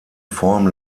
form